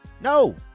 no